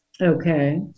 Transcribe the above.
okay